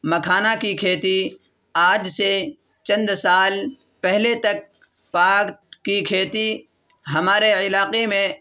مکھانہ کی کھیتی آج سے چند سال پہلے تک پاٹ کی کھیتی ہمارے علاقے میں